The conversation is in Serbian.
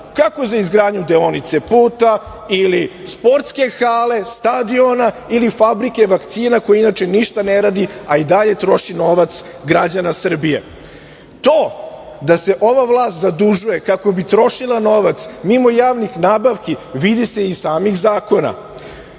Kako za izgradnju deonice puta ili sportske hale, stadiona, ili fabrike vakcina koja inače ništa ne radi, a i dalje troši novac građana Srbije. To da se ova vlast zadužuje kako bi trošila novac mimo javnih nabavki, vidite se iz samih zakona.